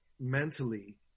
mentally